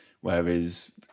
whereas